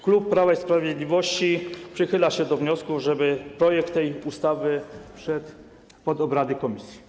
Klub Prawa i Sprawiedliwości przychyla się do wniosku, żeby projekt tej ustawy trafił pod obrady komisji.